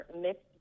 mixed